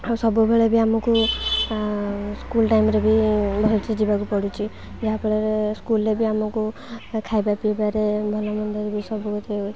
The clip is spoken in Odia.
ଆଉ ସବୁବେଳେ ବି ଆମକୁ ସ୍କୁଲ୍ ଟାଇମ୍ରେ ବି ଭଲ୍ସେ ଯିବାକୁ ପଡ଼ୁଛି ଯାହାଫଳରେ ସ୍କୁଲ୍ରେ ବି ଆମକୁ ଖାଇବା ପିଇବାରେ ଭଲ ବି ସବୁ